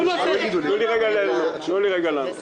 תנו לי לענות.